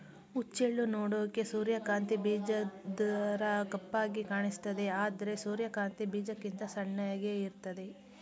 ಹುಚ್ಚೆಳ್ಳು ನೋಡೋಕೆ ಸೂರ್ಯಕಾಂತಿ ಬೀಜದ್ತರ ಕಪ್ಪಾಗಿ ಕಾಣಿಸ್ತದೆ ಆದ್ರೆ ಸೂರ್ಯಕಾಂತಿ ಬೀಜಕ್ಕಿಂತ ಸಣ್ಣಗೆ ಇರ್ತದೆ